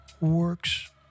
works